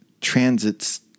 transits